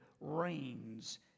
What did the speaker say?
Reigns